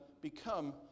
become